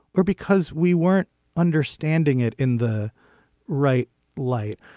or because we weren't understanding it in the right light.